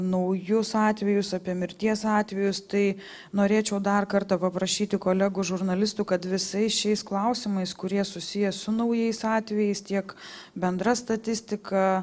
naujus atvejus apie mirties atvejus tai norėčiau dar kartą paprašyti kolegų žurnalistų kad visais šiais klausimais kurie susiję su naujais atvejais tiek bendra statistika